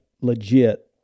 legit